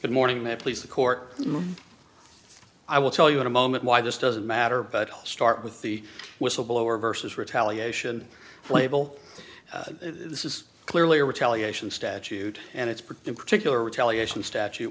good morning ma'am please the court i will tell you in a moment why this doesn't matter but start with the whistleblower versus retaliation label this is clearly a retaliation statute and its particular retaliation statute